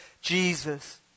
Jesus